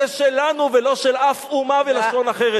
זה שלנו ולא של אף אומה ולשון אחרת.